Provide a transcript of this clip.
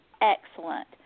Excellent